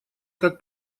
как